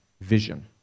vision